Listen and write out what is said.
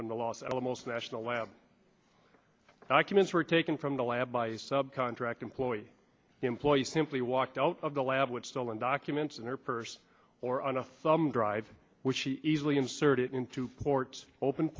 from the los alamos national lab documents were taken from the lab by sub contract employee employees simply walked out of the lab with stolen documents in her purse or on a thumb drive which she easily inserted into ports open